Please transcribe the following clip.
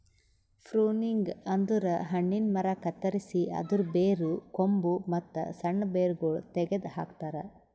pruning ಅಂದುರ್ ಹಣ್ಣಿನ ಮರ ಕತ್ತರಸಿ ಅದರ್ ಬೇರು, ಕೊಂಬು, ಮತ್ತ್ ಸಣ್ಣ ಬೇರಗೊಳ್ ತೆಗೆದ ಹಾಕ್ತಾರ್